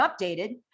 updated